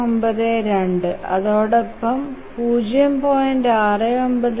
692 അതോടൊപ്പം 0